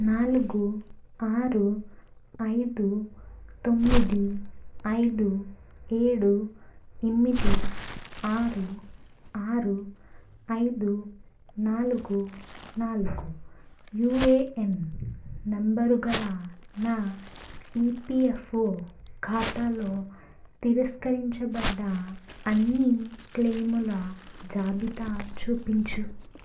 నాలుగు ఆరు ఐదు తొమ్మిది ఐదు ఏడు ఎమ్మిది ఆరు ఆరు ఐదు నాలుగు నాలుగు యూఎఎన్ నెంబరు గల నా ఈపీఎఫ్ఓ ఖాతాలో తిరస్కరించబడ్డ అన్ని క్లెయిముల జాబితా చూపించు